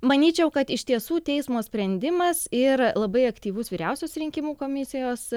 manyčiau kad iš tiesų teismo sprendimas ir labai aktyvus vyriausios rinkimų komisijos